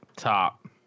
top